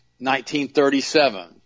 1937